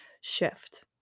shift